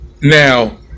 Now